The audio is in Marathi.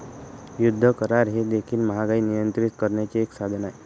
युद्ध करार हे देखील महागाई नियंत्रित करण्याचे एक साधन आहे